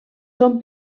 són